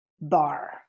bar